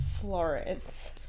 Florence